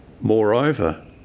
Moreover